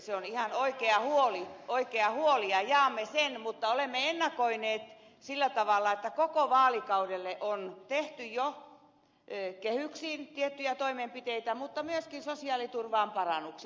se on ihan oikea huoli ja jaamme sen mutta olemme ennakoineet sillä tavalla että koko vaalikaudelle on tehty jo kehyksiin tiettyjä toimenpiteitä mutta myöskin sosiaaliturvaan parannuksia